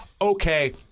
okay